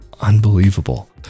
unbelievable